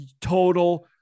total